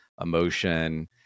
emotion